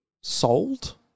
sold